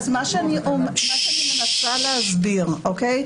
אז מה שאני מנסה להסביר, אוקיי?